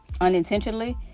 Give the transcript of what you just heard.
Unintentionally